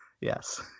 Yes